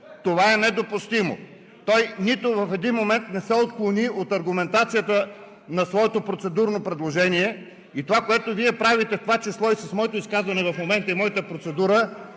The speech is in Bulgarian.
Това е недопустимо! Нито в един момент той не се отклони от аргументацията на своето процедурно предложение и това, което Вие правите, в това число с моето изказване и моята процедура,